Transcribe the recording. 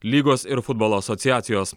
lygos ir futbolo asociacijos